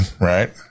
right